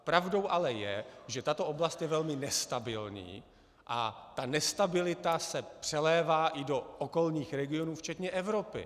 Pravdou ale je, že tato oblast je velmi nestabilní, a ta nestabilita se přelévá i do okolních regionů, včetně Evropy.